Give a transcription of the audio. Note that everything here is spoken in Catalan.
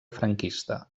franquista